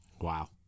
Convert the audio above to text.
Wow